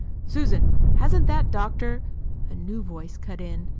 susan, hasn't that doctor a new voice cut in,